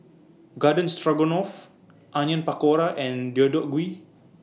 Garden Stroganoff Onion Pakora and Deodeok Gui